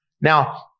Now